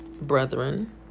brethren